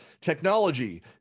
technology